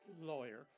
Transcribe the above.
lawyer